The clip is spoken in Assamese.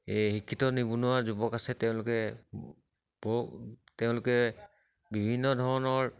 এই শিক্ষিত নিবনুৱা যুৱক আছে তেওঁলোকে বৰ তেওঁলোকে বিভিন্ন ধৰণৰ